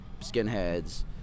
skinheads